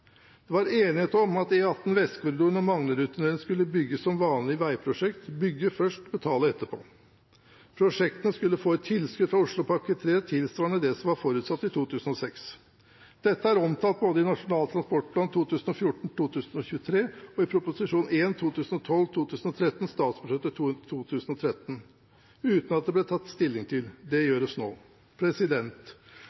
Det var enighet om at E18 Vestkorridoren og Manglerudtunnelen skulle bygges som vanlige veiprosjekter – bygge først, betale etterpå. Prosjektene skulle få et tilskudd fra Oslopakke 3 tilsvarende det som var forutsatt i 2006. Dette er omtalt både i Nasjonal transportplan 2014–2023 og i Prop. 1 for 2012–2013 – statsbudsjettet for 2013 – uten at det ble tatt stilling til. Det